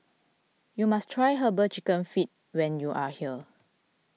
you must try Herbal Chicken Feet when you are here